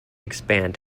expand